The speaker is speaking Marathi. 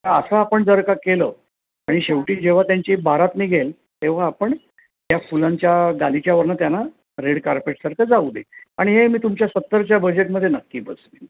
तर असं आपण जर का केलं आणि शेवटी जेव्हा त्यांची वरात निघेल तेव्हा आपण त्या फुलांच्या गालिच्यावरनं त्यांना रेड कार्पेटसारखं जाऊ दे आणि हे मी तुमच्या सत्तरच्या बजेटमध्ये नक्की बसते